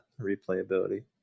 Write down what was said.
replayability